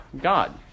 God